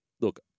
look